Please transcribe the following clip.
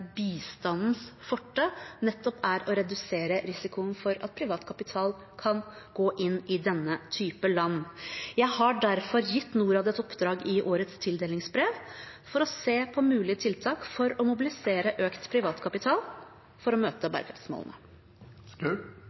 bistandens forte nettopp er å redusere risikoen for at privat kapital kan gå inn i denne type land. Jeg har derfor gitt Norad et oppdrag i årets tildelingsbrev om å se på mulige tiltak for å mobilisere økt privat kapital for å møte